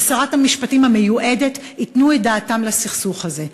ושרת המשפטים המיועדת ייתנו את דעתם לסכסוך הזה,